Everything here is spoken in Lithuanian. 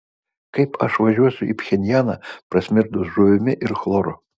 kaip aš važiuosiu į pchenjaną prasmirdus žuvimi ir chloru